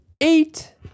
eight